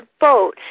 boat